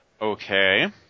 Okay